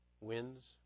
wins